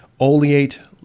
oleate